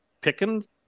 Pickens